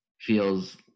feels